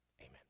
amen